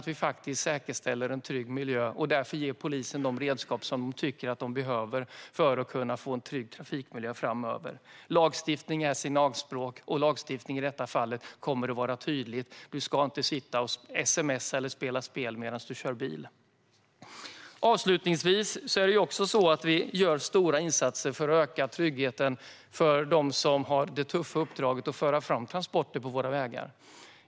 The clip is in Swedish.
Vi måste säkerställa en trygg miljö, och därför måste vi ge polisen de redskap som den tycker sig behöva för att trafikmiljön framöver ska bli trygg. Lagstiftning är signalspråk, och lagstiftningen i detta fall kommer att vara tydlig. Du ska inte sitta och sms:a eller spela spel medan du kör bil. Avslutningsvis gör vi också stora insatser för att öka tryggheten för dem som har det tuffa uppdraget att föra fram transporter på våra vägar.